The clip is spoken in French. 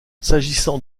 s’agissant